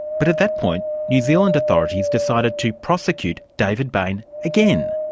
but at that point, new zealand authorities decided to prosecute david bain again.